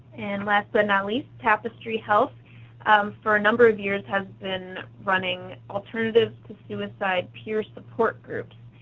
and last but not least, tapestry health for a number of years has been running alternatives to suicide peer support groups.